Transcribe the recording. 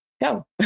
go